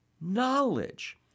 knowledge